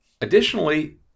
Additionally